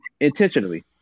intentionally